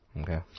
Okay